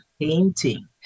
painting